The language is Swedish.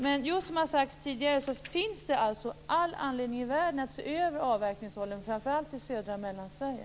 Precis som har sagts tidigare finns det alltså all anledning i världen att se över avverkningsåldern, framför allt i södra Sverige och Mellansverige.